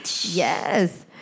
Yes